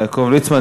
יעקב ליצמן.